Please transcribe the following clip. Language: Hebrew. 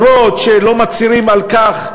שאף שלא מצהירים על כך,